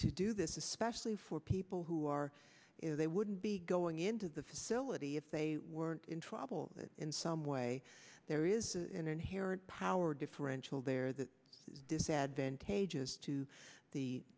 to do this especially for people who are ill they wouldn't be going into the facility if they weren't in trouble that in some way there is an inherent power differential there that disadvantageous to the